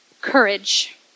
Courage